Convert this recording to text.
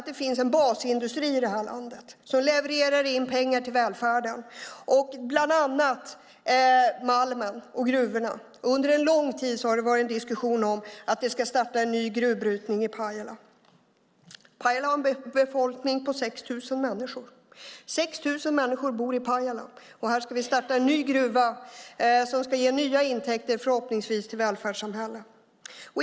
Det finns en basindustri i det här landet som levererar in pengar till välfärden, bland annat gruvorna och malmen. Under en lång tid har det varit diskussion om att det ska starta en ny gruvbrytning i Pajala. Pajala har en befolkning på 6 000 människor. 6 000 människor bor i Pajala, och här ska vi starta en ny gruva som förhoppningsvis ska ge nya intäkter till välfärdssamhället.